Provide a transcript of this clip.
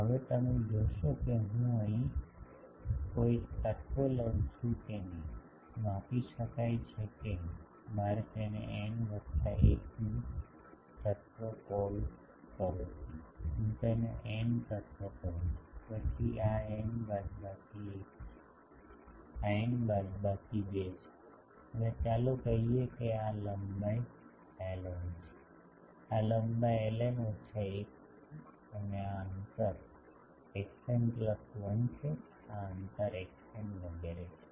હવે તમે જોશો કે હું અહીં કોઈ તત્વ લઉ છું કે નહીં માપી શકાય છે કે મારે તેને n વત્તા 1 મી તત્વ કોલ કરું છું હું તેને n તત્વ કહું છું પછી આ n બાદબાકી 1 છે આ n બાદબાકી 2 છે અને ચાલો કહીએ કે આ લંબાઈ ln છે આ લંબાઈ ln ઓછા 1 છે અને આ અંતર xn 1 છે આ અંતર xn વગેરે છે